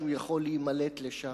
שהוא יכול להימלט לשם.